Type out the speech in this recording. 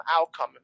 outcome